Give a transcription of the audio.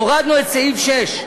הורדנו את סעיף 6,